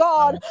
God